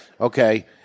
Okay